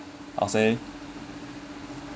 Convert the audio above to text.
I'll say